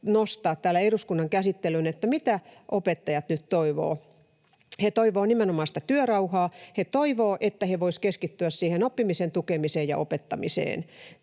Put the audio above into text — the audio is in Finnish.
nostaa täällä eduskunnan käsittelyyn, mitä opettajat nyt toivovat. He toivovat nimenomaan työrauhaa. He toivovat, että he voisivat keskittyä oppimisen tukemiseen ja opettamiseen.